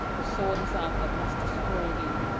the sword is out that must destroy thee.